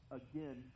again